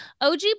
OG